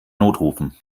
notrufen